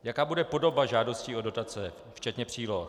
Jaká bude podoba žádostí o dotace, včetně příloh?